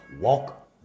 walk